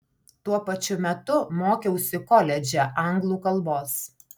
tuo pačiu metu mokiausi koledže anglų kalbos